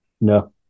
No